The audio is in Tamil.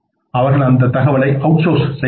அவர்கள் இந்த தகவலை அவுட்சோர்ஸ் செய்கிறார்கள்